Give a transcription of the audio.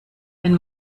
wenn